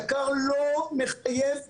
היק"ר לא מחייב קרינה.